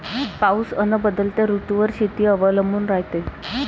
पाऊस अन बदलत्या ऋतूवर शेती अवलंबून रायते